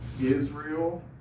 Israel